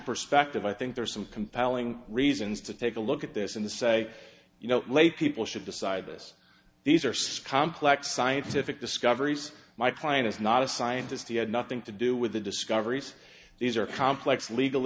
perspective i think there are some compelling reasons to take a look at this in the say you know lay people should decide this these are scum plex scientific discoveries my client is not a scientist he had nothing to do with the discoveries these are complex legal